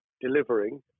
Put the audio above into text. delivering